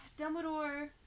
Dumbledore